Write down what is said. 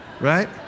Right